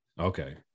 Okay